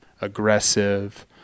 aggressive